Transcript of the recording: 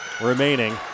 remaining